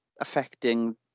affecting